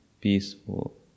peaceful